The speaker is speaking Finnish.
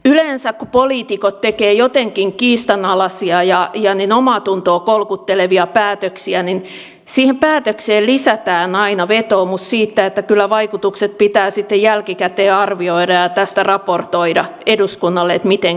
yleensä kun poliitikot tekevät jotenkin kiistanalaisia ja omaatuntoa kolkuttelevia päätöksiä siihen päätökseen lisätään aina vetoomus siitä että kyllä vaikutukset pitää sitten jälkikäteen arvioida ja tästä raportoida eduskunnalle miten kävi